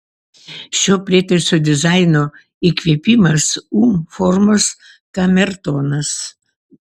šio prietaiso dizaino įkvėpimas u formos kamertonas